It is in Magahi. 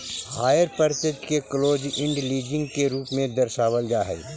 हायर पर्चेज के क्लोज इण्ड लीजिंग के रूप में दर्शावल जा हई